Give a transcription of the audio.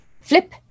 flip